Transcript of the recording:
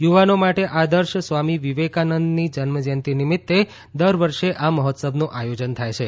યુવાનો માટે આદર્શ સ્વામી વિવેકાનંદની જન્મજયંતી નિમિત્તે દર વર્ષે આ મહોત્સવનું આયોજન થાય છે